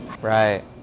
Right